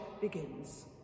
begins